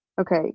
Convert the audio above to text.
Okay